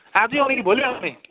आजै आउने कि भोलि आउने